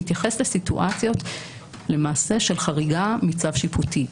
מתייחס לסיטואציות למעשה של חריגה מצו שיפוטי.